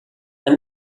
and